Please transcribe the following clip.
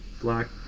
black